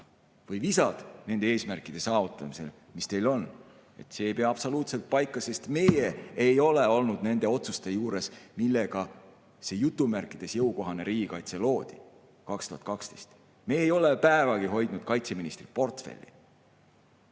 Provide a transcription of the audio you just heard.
või visad nende eesmärkide saavutamisel, mis teil on. See ei pea absoluutselt paika, sest meie ei ole olnud nende otsuste juures, millega see "jõukohane riigikaitse" loodi, aastal 2012. Me ei ole päevagi hoidnud kaitseministri portfelli.